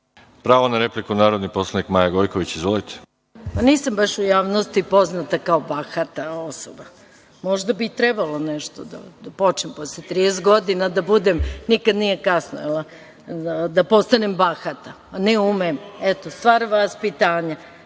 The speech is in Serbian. Pravo na repliku ima narodni poslanik Maja Gojković. Izvolite. **Maja Gojković** Nisam baš u javnosti poznata kao bahata osoba. Možda bi trebalo da počnem posle 30 godina. Nikad nije kasno da postanem bahata. Ne umem, eto, stvar vaspitanja. Da